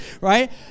right